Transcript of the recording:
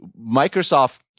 Microsoft